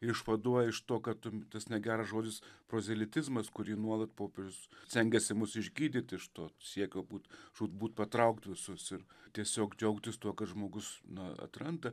išvaduoja iš to kad tas negeras žodis prozelitizmas kurį nuolat popiežius stengiasi mus išgydyti iš to siekio būt žūtbūt patraukti visus ir tiesiog džiaugtis tuo kad žmogus na atranda